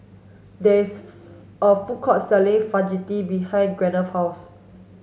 there is a food court selling Fajitas behind Gwyneth's house